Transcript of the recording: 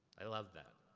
i love that.